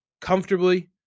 comfortably